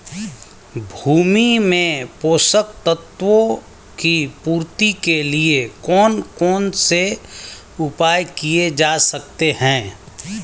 भूमि में पोषक तत्वों की पूर्ति के लिए कौन कौन से उपाय किए जा सकते हैं?